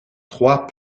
trois